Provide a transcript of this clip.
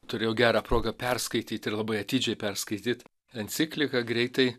turėjau gerą progą perskaityti ir labai atidžiai perskaityt encikliką greitai